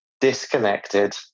disconnected